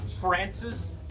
Francis